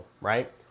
right